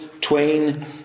Twain